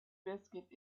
biscuit